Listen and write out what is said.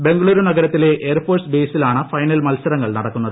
ബെംഗളൂരു നഗരത്തിലെ എയർഫോഴ്സ് ബെയ്സിലാണ് ഫൈനൽ മത്സരങ്ങൾ നടക്കുന്നത്